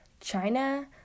China